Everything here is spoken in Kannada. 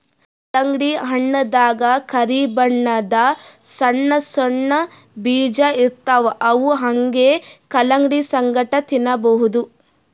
ಕಲ್ಲಂಗಡಿ ಹಣ್ಣ್ ದಾಗಾ ಕರಿ ಬಣ್ಣದ್ ಸಣ್ಣ್ ಸಣ್ಣು ಬೀಜ ಇರ್ತವ್ ಅವ್ ಹಂಗೆ ಕಲಂಗಡಿ ಸಂಗಟ ತಿನ್ನಬಹುದ್